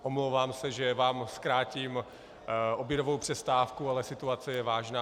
Omlouvám se, že vám zkrátím obědovou přestávku, ale situace je vážná.